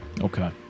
Okay